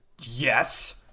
Yes